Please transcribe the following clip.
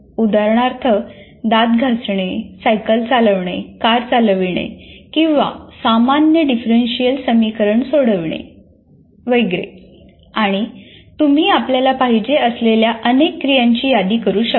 उदाहरणार्थ दात घासणे सायकल चालविणे कार चालविणे किंवा सामान्य डिफरंशियल समीकरण सोडविणे वगैरे आणि तुम्ही आपल्याला पाहिजे असलेल्या अनेक क्रियांची यादी करू शकता